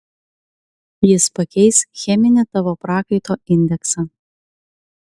jis pakeis cheminį tavo prakaito indeksą